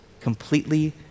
completely